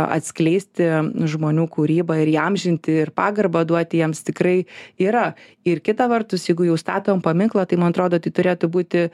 atskleisti žmonių kūrybą ir įamžinti ir pagarbą duoti jiems tikrai yra ir kita vertus jeigu jau statom paminklą tai man atrodo tai turėtų būti